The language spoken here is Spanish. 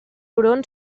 hurón